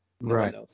Right